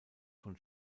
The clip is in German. von